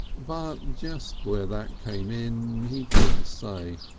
but just where that came in he couldn't say.